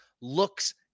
looks